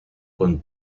con